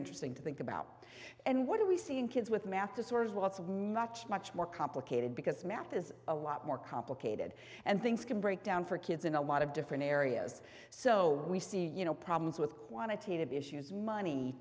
interesting to think about and what do we see in kids with math disorders what's much much more complicated because math is a lot more complicated and things can break down for kids in a lot of different areas so we see you know problems with quantitative issues money